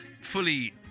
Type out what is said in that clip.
fully